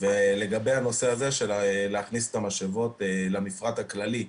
ולגבי הנושא הזה של הכנסת המשאבות למפרט הכללי,